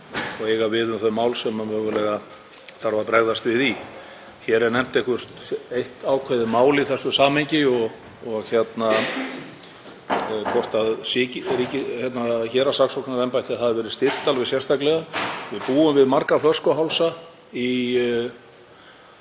og eiga við um þau mál sem mögulega þarf að bregðast við í. Hér er nefnt eitthvert eitt ákveðið mál í þessu samhengi og spurt hvort héraðssaksóknaraembætti hafi verið styrkt alveg sérstaklega. Við búum við margar flöskuhálsa í